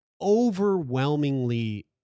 overwhelmingly